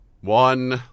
one